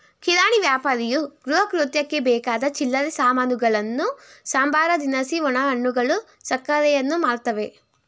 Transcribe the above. ಕಿರಾಣಿ ವ್ಯಾಪಾರಿಯು ಗೃಹಕೃತ್ಯಕ್ಕೆ ಬೇಕಾದ ಚಿಲ್ಲರೆ ಸಾಮಾನುಗಳನ್ನು ಸಂಬಾರ ದಿನಸಿ ಒಣಹಣ್ಣುಗಳು ಸಕ್ಕರೆಯನ್ನು ಮಾರ್ತವೆ